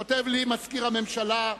כותב לי מזכיר הממשלה: